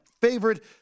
favorite